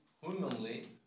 humanly